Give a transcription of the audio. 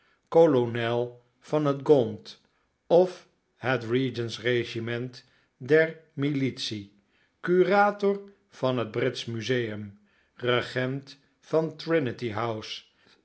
kolonel van het gaunt of het regents regiment der militie curator van het britsch museum regent van trinity house